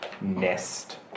nest